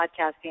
podcasting